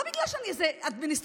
לא בגלל שאני איזה אדמיניסטרטיבית-על,